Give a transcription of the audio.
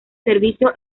servicio